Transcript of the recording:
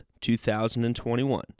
2021